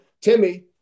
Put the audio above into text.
Timmy